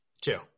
two